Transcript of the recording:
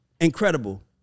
Incredible